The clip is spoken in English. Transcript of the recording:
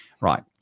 right